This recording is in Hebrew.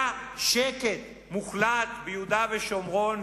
היה שקט מוחלט ביהודה ושומרון,